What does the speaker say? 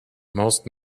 most